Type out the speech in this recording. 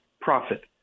profit